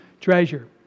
treasure